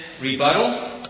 rebuttal